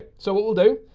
so what we'll do,